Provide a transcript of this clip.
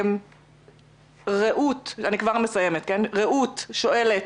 רעות שואלת: